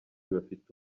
bafite